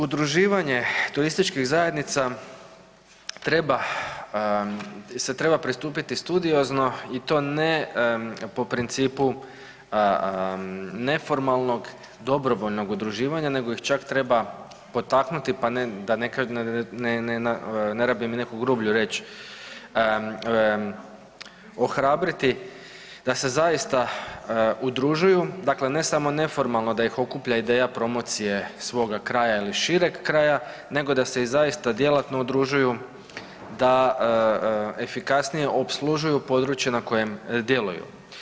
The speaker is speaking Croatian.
Udruživanju turističkih zajednica se treba pristupiti studiozno i to ne po principu neformalnog dobrovoljnog udruživanja, nego ih čak treba potaknuti pa da ne rabim i neku grublju riječ ohrabriti da se zaista udružuju dakle ne samo neformalno da ih okuplja ideja promocije svoga kraja ili šireg kraja, nego da se zaista i djelatno udružuju, da efikasnije opslužuju područje na kojem djeluju.